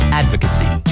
advocacy